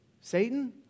Satan